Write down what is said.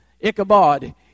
Ichabod